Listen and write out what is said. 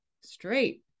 straight